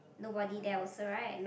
nobody there also right